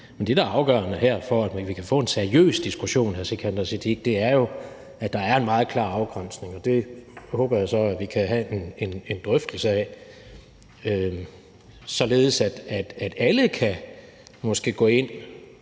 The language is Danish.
Men det, der er afgørende her, for at vi kan få en seriøs diskussion, hr. Sikandar Siddique, er jo, at der er en meget klar afgrænsning. Det håber jeg så vi kan have en drøftelse af, således at alle måske kan gå ind